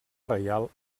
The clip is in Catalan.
reial